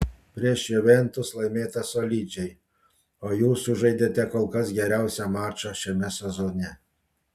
prieš juventus laimėta solidžiai o jūs sužaidėte kol kas geriausią mačą šiame sezone